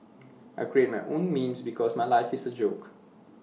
I create my own memes because my life is A joke